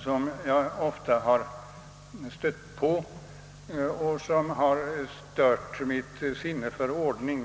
som jag ofta stött på och som stört mitt sinne för ordning.